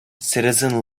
citizen